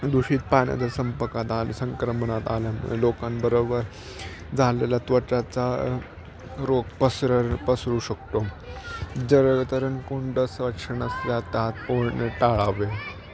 दूषित पाण्याचा संपर्कात आले संक्रमणात आल्यामुळे लोकांबरोबर झालेला त्वचाचा रोग पसरर पसरू शकतो जर तरण कुंड स्वच्छ नसल्यात पोहणे टाळावे